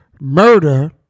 murder